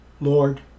Lord